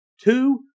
two